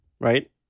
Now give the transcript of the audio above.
Right